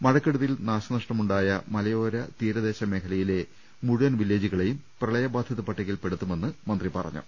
മഴക്കെടുതിയിൽ നാശനഷ്ടമുണ്ടായ മലയോര തീരദേശ മേഖലയിലെ മുഴുവൻ വില്ലേജുകളെയും പ്രളയബാധിത പട്ടികയിൽപ്പെടുത്തുമെന്നും മന്ത്രി പറഞ്ഞു